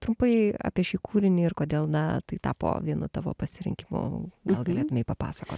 trumpai apie šį kūrinį ir kodėl na tai tapo vienu tavo pasirinkimu gal galėtumei papasakot